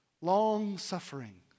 long-suffering